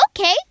Okay